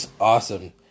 awesome